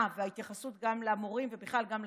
וההתייחסות גם למורים בכלל וגם לתלמידים,